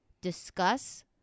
discuss